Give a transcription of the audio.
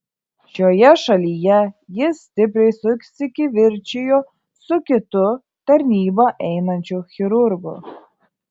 šioje šalyje jis stipriai susikivirčijo su kitu tarnybą einančiu chirurgu